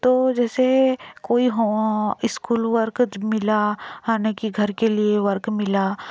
तो जैसे कोई स्कूल वर्क मिला आने के घर के लिए वर्क मिला